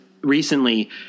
recently